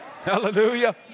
Hallelujah